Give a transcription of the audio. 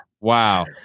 Wow